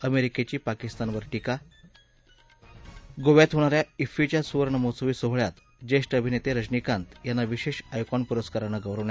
अमेरिकेची पाकिस्तानवर टिका गोव्यात होणा या िफीच्या सुवर्ण महोत्सवी सोहळ्यात ज्येष्ठ अभिनेते रंजनीकांत यांना विशेष आयकॉन पुरस्कारानं गौरवण्यात